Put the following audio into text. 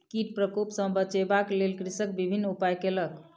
कीट प्रकोप सॅ बचाबक लेल कृषक विभिन्न उपाय कयलक